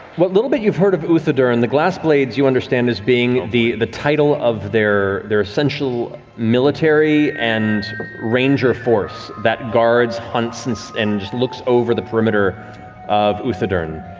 what little bit you've heard of uthodurn, the glassblades, you understand as being the the title of their their essential military and ranger force that guards, hunts, and just looks over the perimeter of uthodurn.